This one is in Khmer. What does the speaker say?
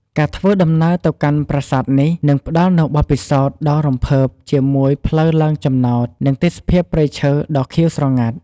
ការធ្វើដំណើរទៅកាន់ប្រាសាទនេះ នឹងផ្ដល់នូវបទពិសោធន៍ដ៏រំភើបជាមួយផ្លូវឡើងចំណោត និងទេសភាពព្រៃឈើដ៏ខៀវស្រងាត់។